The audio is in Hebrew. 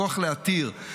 הכוח להתיר.